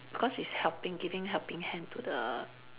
because it's helping giving helping hand to the